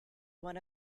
one